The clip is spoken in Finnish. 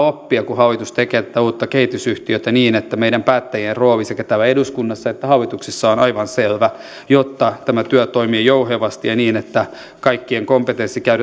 oppia kun hallitus tekee tätä uutta kehitysyhtiötä niin että meidän päättäjien rooli sekä täällä eduskunnassa että hallituksessa on aivan selvä jotta tämä työ toimii jouhevasti ja niin että kaikkien kompetenssi